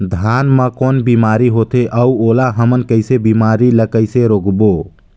धान मा कौन बीमारी होथे अउ ओला हमन कइसे बीमारी ला कइसे रोकबो?